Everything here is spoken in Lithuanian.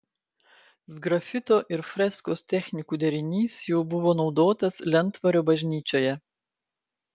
sgrafito ir freskos technikų derinys jau buvo naudotas lentvario bažnyčioje